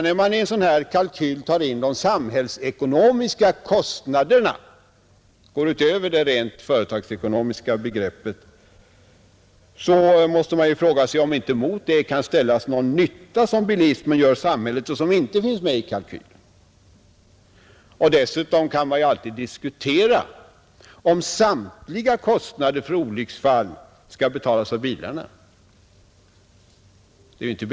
När man i en sådan här kalkyl för in de samhällsekonomiska kostnaderna och går utöver det rent företagsekonomiska begreppet, måste man ju fråga sig om inte mot detta kan ställas någon nytta som bilismen gör samhället och som inte finns med i kalkylen. Dessutom kan man alltid diskutera om samtliga kostnader för olycksfall skall 33 betalas av bilarna.